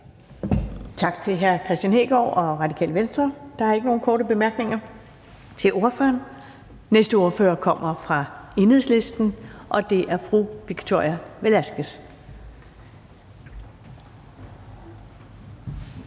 Tak til hr. Kristian Hegaard og Radikale Venstre. Der er ingen korte bemærkninger til ordføreren. Den næste ordfører kommer fra Enhedslisten, og det er fru Victoria Velasquez.